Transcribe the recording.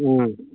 ꯎꯝ